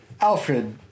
Alfred